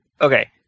Okay